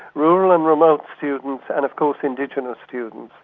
rural and remote students and of course indigenous students.